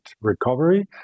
recovery